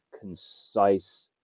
concise